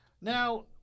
Now